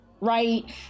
right